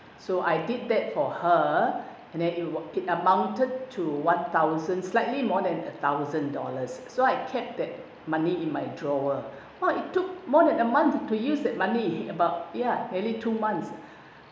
so I did that for her and then you work it amounted to one thousand slightly more than a thousand dollars so I kept that money in my drawer while it took more than a month to use that money about ya nearly two months